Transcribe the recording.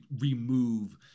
remove